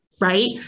right